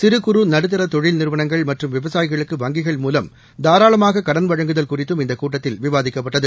சிறு குறு நடுத்தரதொழில் நிறுவனங்கள் மற்றும் விவசாயிகளுக்கு வங்கிகள் மூலம் தாராளமாககடன் வழங்குதல் குறித்தும் இந்தகூட்டத்தில் விவாதிக்கப்பட்டது